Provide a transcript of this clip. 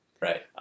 Right